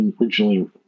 originally